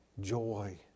joy